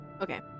Okay